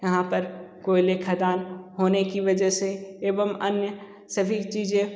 यहाँ पर कोयले खदान होने की वजह से एवं अन्य सभी चीज़ें